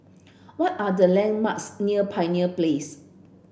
what are the landmarks near Pioneer Place